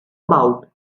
about